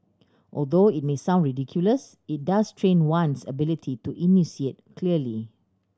although it may sound ridiculous it does train one's ability to enunciate clearly